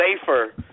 safer